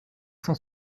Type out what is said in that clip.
cent